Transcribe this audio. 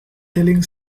telling